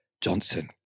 Johnson